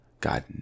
God